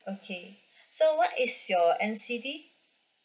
okay so what is your N_C_D